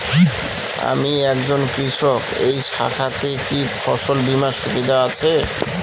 আমি একজন কৃষক এই শাখাতে কি ফসল বীমার সুবিধা আছে?